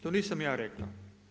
To nisam ja rekao.